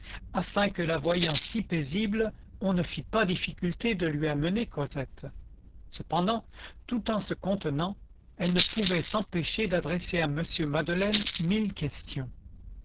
afin que la voyant si paisible on ne fît pas difficulté de lui amener cosette cependant tout en se contenant elle ne pouvait s'empêcher d'adresser à m madeleine mille questions